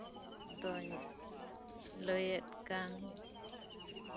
ᱞᱟᱹᱭᱮᱫ ᱠᱟᱱ